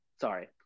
Sorry